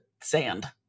sand